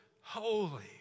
holy